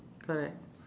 correct